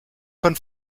von